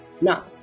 Now